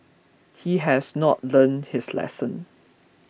he has not learnt his lesson